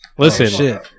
Listen